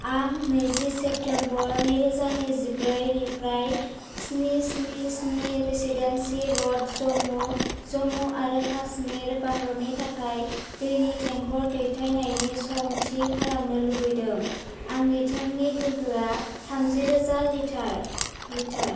आं नैजि सेप्तेम्बर नैरोजा नैजिब्रैनिफ्राय स्नि स्नि स्नि रेसिडेन्सी रड जम्मु जम्मु आरो काश्मीर भारतनि थाखाय दैनि टेंकर दैथायनायनि सम थि खालामनो लुबैदों आंनि टेंकनि गोहोआ थामजि रोजा लिटार लिटार